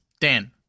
Dan